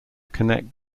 connect